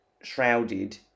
shrouded